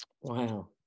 Wow